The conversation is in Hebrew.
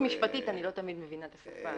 פשוט משפטית אני לא תמיד מבינה את השפה.